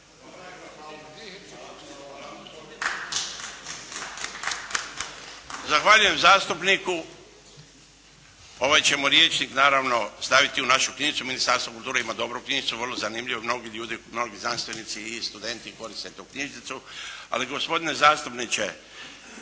Zahvaljujem zastupniku, ovaj ćemo rječnik naravno staviti u našu knjižnicu, Ministarstvo kulture ima dobru knjižnicu, vrlo zanimljivu, mnogi ljudi, mnogi znanstvenici i studenti koriste tu knjižnicu. Ali gospodine zastupniče,